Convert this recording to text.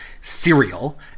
cereal